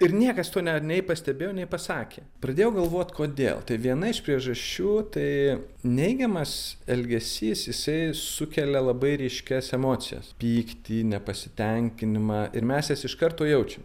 ir niekas to ne nei pastebėjo nepasakė pradėjau galvot kodėl tai viena iš priežasčių tai neigiamas elgesys jisai sukelia labai ryškias emocijas pyktį nepasitenkinimą ir mes jas iš karto jaučiam